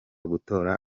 gutora